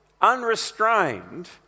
unrestrained